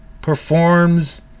performs